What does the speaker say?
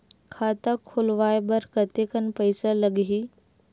खाता खुलवाय बर कतेकन पईसा लगही?